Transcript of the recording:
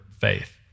faith